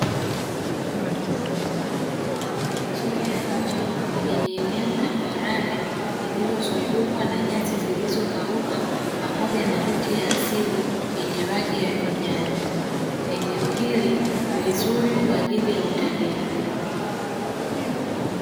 Mandhari nzuri ya nje lenye eneo tambarare lililozungukwa na nyasi zilizokauka pamoja na miti ya asili yenye rangi ya kijani, eneo hili ni zuri kwa ajili ya utalii.